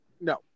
No